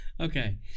Okay